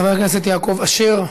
חבר הכנסת יעקב אשר.